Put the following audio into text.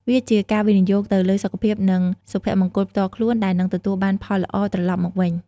វាជាការវិនិយោគទៅលើសុខភាព និងសុភមង្គលផ្ទាល់ខ្លួនដែលនឹងទទួលបានផលល្អត្រឡប់មកវិញ។